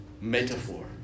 metaphor